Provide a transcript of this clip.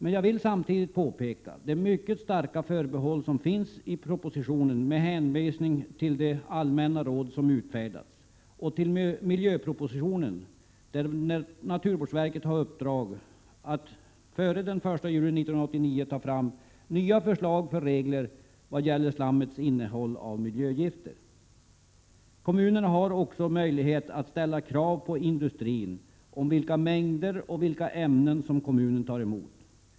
Men jag vill samtidigt erinra om det mycket starka förbehåll som finns i propositionen med hänvisning till de allmänna råd som har utfärdats. Jag vill också hänvisa till miljöpropositionen, av vilken det framgår att naturvårdsverket har i uppdrag att före den 1 juli 1989 ta fram nya förslag för regler när det gäller slammets innehåll av miljögifter. Kommunerna har också möjlighet att ställa krav på industrin när det gäller vilka mängder och ämnen som kommuen tar emot.